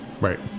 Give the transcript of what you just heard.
Right